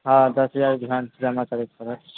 हँ दस हजार एडवांस जमा करयके पड़त